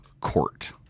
court